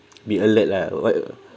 be alert lah uh what